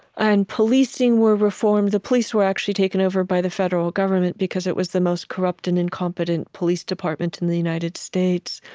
and policing were reformed the police were actually taken over by the federal government because it was the most corrupt and incompetent police department in the united states.